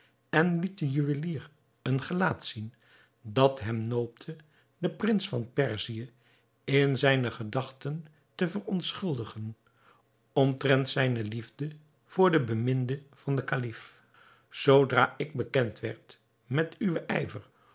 en liet den juwelier een gelaat zien dat hem noopte den prins van perzië in zijne gedachten te verontschuldigen omtrent zijne liefde voor de beminde van den kalif zoodra ik bekend werd met uwen